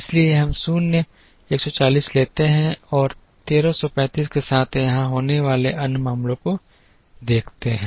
इसलिए हम 0 140 लेते हैं और 1335 के साथ यहां होने वाले अन्य मामलों को देखते हैं